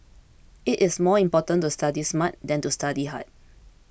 it is more important to study smart than to study hard